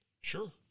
Sure